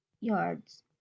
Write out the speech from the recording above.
yards